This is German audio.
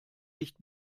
nicht